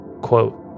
Quote